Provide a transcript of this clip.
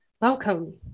Welcome